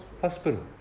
Hospital